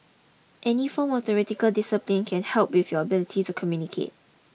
any form of theatrical discipline can help with your ability to communicate